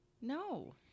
no